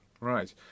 Right